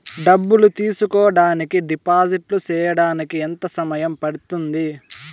డబ్బులు తీసుకోడానికి డిపాజిట్లు సేయడానికి ఎంత సమయం పడ్తుంది